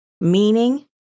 meaning